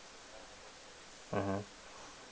mmhmm